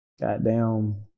Goddamn